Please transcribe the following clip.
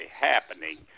happening